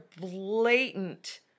blatant